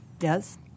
Yes